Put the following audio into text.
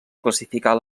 classificar